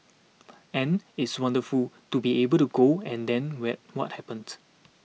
and it's wonderful to be able to go and then wet what happened